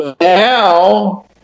now